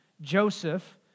Joseph